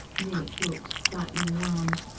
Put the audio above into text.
nick looked slightly alarmed.